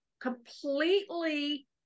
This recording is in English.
completely